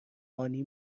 هانی